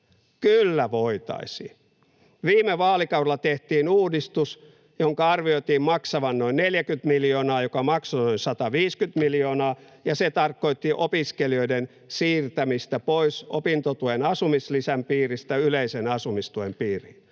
Kyllä voitaisiin. Viime vaalikaudella tehtiin uudistus, jonka arvioitiin maksavan noin 40 miljoonaa, joka maksoi 150 miljoonaa, ja se tarkoitti opiskelijoiden siirtämistä pois opintotuen asumislisän piiristä yleisen asumistuen piiriin.